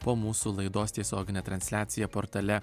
po mūsų laidos tiesiogine transliacija portale